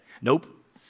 Nope